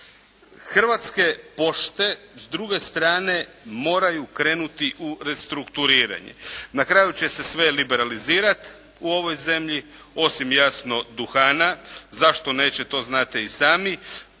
Hrvatske pošte s druge strane moraju krenuti u restrukturiranje. Na kraju će se sve liberalizirati u ovoj zemlji osim jasno duhana. Zašto neće to znate i sami,